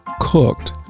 cooked